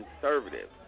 conservative